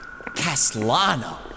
Castlano